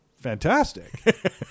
Fantastic